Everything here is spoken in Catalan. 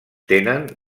tenen